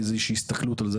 איזושהי הסתכלות על זה,